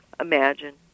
imagine